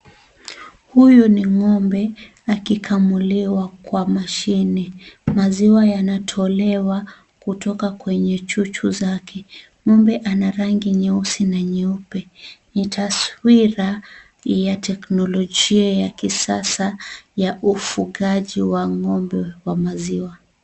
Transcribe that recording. Huyu ni ng'ombe akikamuliwa kwa mashine, maziwa yanatolewa kutoka kwenye chuchu zake, ng'ombe ana rangi nyeusi na nyeupe, ni taswira ya teknolojia ya kisasa ya ufugaji wa ng'ombe wa maziwa.